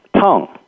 tongue